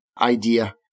idea